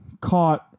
caught